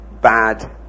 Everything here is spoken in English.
bad